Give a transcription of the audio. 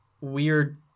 weird